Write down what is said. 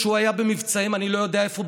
כשהוא היה במבצעים אני לא יודע איפה,